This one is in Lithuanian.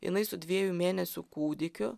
jinai su dviejų mėnesių kūdikiu